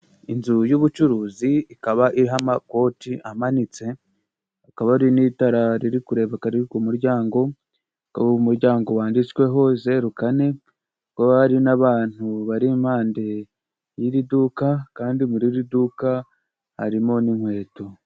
Inzu y'ubucuruzi ikaba iriho amakoti amanitse hakaba hari n'itara riri kurebari ku muryango, uwo muryango wanditsweho zeru kane ubwo hari n'abantu bari impande y'iri duka, kandi muri iri duka harimo n'inkweto.